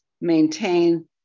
maintain